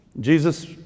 Jesus